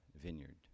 vineyard